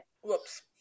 Whoops